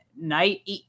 night